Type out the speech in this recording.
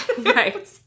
right